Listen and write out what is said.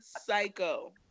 psycho